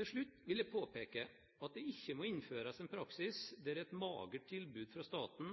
Til slutt vil jeg påpeke at det ikke må innføres en praksis der et magert tilbud fra staten